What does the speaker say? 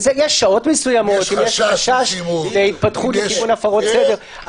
יש שעות מסוימות, אם יש חשד לעבירה פלילית.